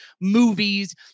movies